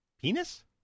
penis